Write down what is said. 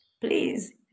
Please